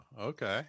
okay